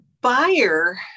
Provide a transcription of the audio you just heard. buyer